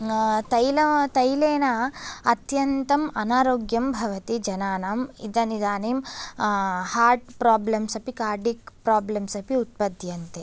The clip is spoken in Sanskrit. तैल तैलेन अत्यन्तम् अनारोग्यं भवति जनानाम् इदमि् इदानीं हार्ट् प्राब्लेम्स् अपि कार्डियाक् प्राब्लेम्स् अपि उत्पद्यन्ते